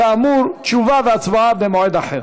כאמור, תשובה והצבעה במועד אחר.